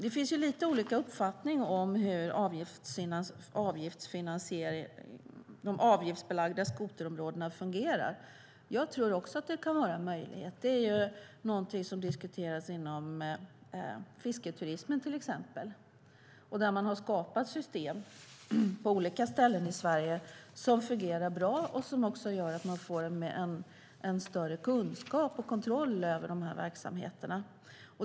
Det finns lite olika uppfattning om hur de avgiftsbelagda skoterområdena fungerar. Jag tror också att det kan vara en möjlighet. Det är ju någonting som diskuteras inom till exempel fisketurismen, där man har skapat system på olika ställen i Sverige som fungerar bra och som också gör att man får en större kunskap och kontroll över de här verksamheterna.